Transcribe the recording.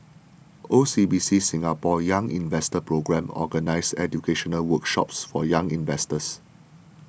O C B C Singapore's Young Investor Programme organizes educational workshops for young investors